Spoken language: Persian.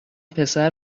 پسر